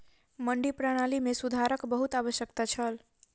मंडी प्रणाली मे सुधारक बहुत आवश्यकता छल